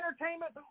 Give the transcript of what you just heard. entertainment